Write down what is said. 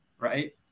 Right